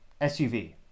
suv